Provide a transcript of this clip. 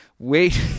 wait